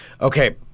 Okay